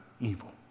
evil